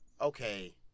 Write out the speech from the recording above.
okay